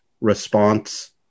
response